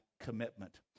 commitment